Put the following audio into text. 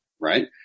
right